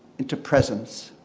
into presence.